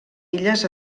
illes